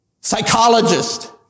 Psychologist